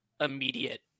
immediate